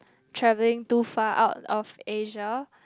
travelling to far out of Asia